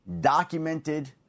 documented